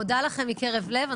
אני מודה לכם מקרב לב.